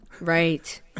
Right